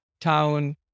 town